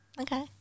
Okay